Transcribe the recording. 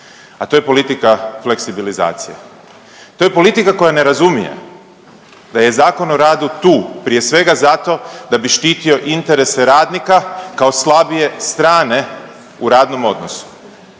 a to je politika fleksibilizacije, to je politika koja ne razumije da je Zakon o radu tu prije svega zato da bi štitio interese radnika kao slabije strane u radnom odnosu.